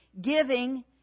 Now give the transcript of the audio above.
giving